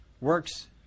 Works